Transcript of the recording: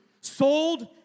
sold